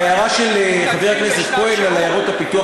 ההערה של חבר הכנסת כהן על עיירות הפיתוח